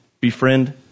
befriend